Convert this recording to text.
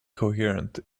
coherent